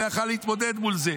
לא יכול להתמודד מול זה.